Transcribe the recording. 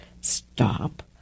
stop